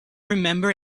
remember